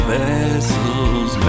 vessels